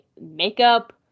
makeup